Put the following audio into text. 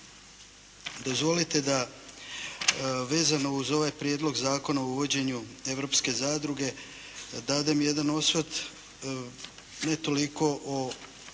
Dozvolite da vezano uz ovaj Prijedlog zakona o uvođenju europske zadruge dadem jedan osvrt ne toliko o